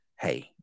hey